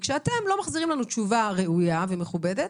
וכשאתם לא מחזירים לנו תשובה ראויה ומכובדת,